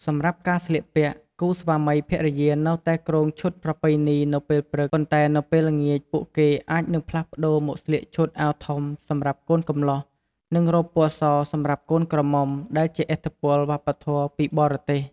សម្រាប់ការស្លៀកពាក់ គូស្វាមីភរិយានៅតែគ្រងឈុតប្រពៃណីនៅពេលព្រឹក ប៉ុន្តែនៅពេលល្ងាច ពួកគេអាចនឹងផ្លាស់ប្តូរមកស្លៀកឈុតអាវធំសម្រាប់កូនកំលោះ និងរ៉ូបពណ៌សសម្រាប់កូនក្រមុំ ដែលជាឥទ្ធិពលវប្បធម៌ពីបរទេស។